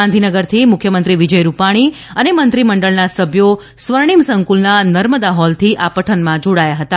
ગાંધીનગરથી મુખ્યમંત્રી વિજય રૂપાણી અને મંત્રીમંડળના સભ્યો સ્વર્ણિમ સંકુલના નર્મદા હોલથી આ પઠનમાં જોડાયા હતા